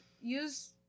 use